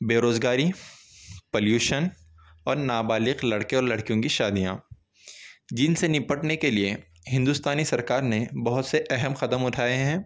بے روزگاری پلیوشن اور نابالغ لڑکے اور لڑکیوں کی شادیاں جن سے نپٹنے کے لئے ہندوستانی سرکار نے بہت سے اہم قدم اُٹھائے ہیں